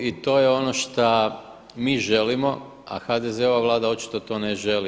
I to je ono šta mi želimo, a HDZ-ova Vlada očito to ne želi.